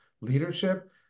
leadership